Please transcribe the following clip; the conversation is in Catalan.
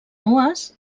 nues